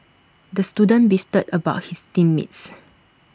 the student beefed about his team mates